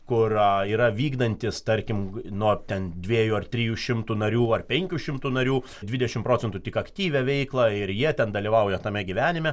kur yra vykdantis tarkim nuo ten dviejų ar trijų šimtų narių ar penkų šimtų narių su dvidešim procentų tik aktyvią veiklą ir jie ten dalyvauja tame gyvenime